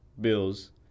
bills